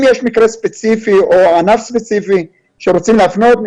אם יש מקרה ספציפי או ענף ספציפי שרוצים להפנות,